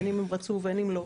בין רצו או לא.